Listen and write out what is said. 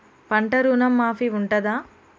పంట ఋణం మాఫీ ఉంటదా?